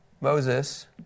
Moses